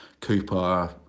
Cooper